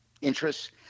interests